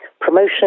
promotion